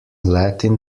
latin